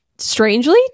strangely